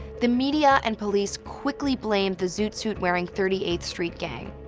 the media and police quickly blamed the zoot suit-wearing thirty eighth street gang.